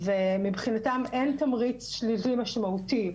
ומבחינתם אין תמריץ שלילי משמעותי,